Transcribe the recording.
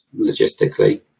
logistically